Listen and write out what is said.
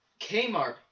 Kmart